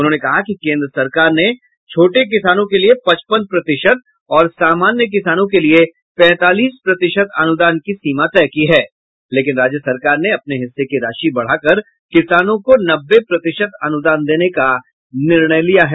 उन्होंने कहा कि केंद्र सरकार ने छोटे किसानों के लिये पचपन प्रतिशत और समान्य किसानों के लिये पैंतालीस प्रतिशत अनुदान की सीमा तय की है लेकिन राज्य सरकार ने अपने हिस्से की राशि बढ़ाकर किसानों को नब्बे प्रतिशत अनुदान देने का निर्णय लिया है